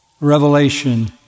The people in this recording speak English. revelation